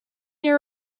year